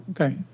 okay